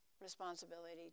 responsibility